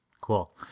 Cool